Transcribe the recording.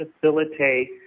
facilitate